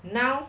now